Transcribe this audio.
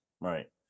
Right